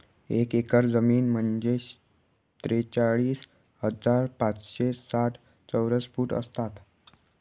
एक एकर जमीन म्हणजे त्रेचाळीस हजार पाचशे साठ चौरस फूट असतात